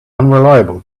unreliable